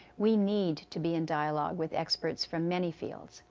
we need to be in dialogue with experts from many fields,